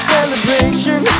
Celebration